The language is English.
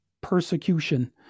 persecution